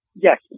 Yes